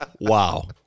Wow